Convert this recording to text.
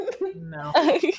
No